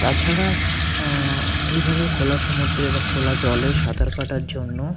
তাছাড়া এইভাবে খোলা সমুদ্রে বা খোলা জলে সাঁতার কাটার জন্য